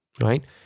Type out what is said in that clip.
right